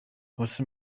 uwase